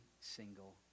single